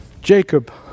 Jacob